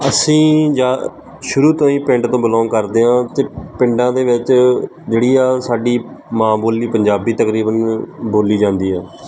ਅਸੀਂ ਜਾ ਸ਼ੁਰੂ ਤੋਂ ਹੀ ਪਿੰਡ ਤੋਂ ਬਿਲੋਂਗ ਕਰਦੇ ਹਾਂ ਅਤੇ ਪਿੰਡਾਂ ਦੇ ਵਿੱਚ ਜਿਹੜੀ ਆ ਸਾਡੀ ਮਾਂ ਬੋਲੀ ਪੰਜਾਬੀ ਤਕਰੀਬਨ ਬੋਲੀ ਜਾਂਦੀ ਆ